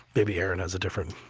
maybe aaron has a different,